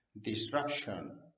Disruption